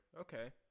Okay